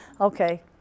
Okay